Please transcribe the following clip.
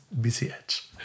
BCH